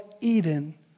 Eden